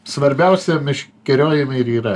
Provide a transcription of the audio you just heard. svarbiausia meškeriojime ir yra